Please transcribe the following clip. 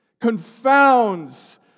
confounds